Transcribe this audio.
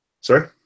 Sorry